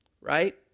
right